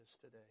today